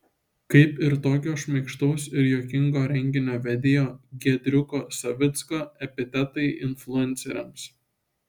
kaip ir tokio šmaikštaus ir juokingo renginio vedėjo giedriuko savicko epitetai influenceriams